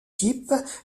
type